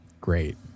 great